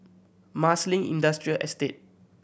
Marsiling Industrial Estate